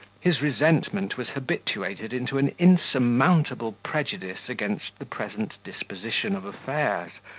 his resentment was habituated into an insurmountable prejudice against the present disposition of affairs,